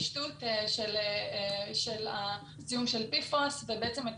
התפשטות של הזיהום של PFOS ובעצם את